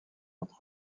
entre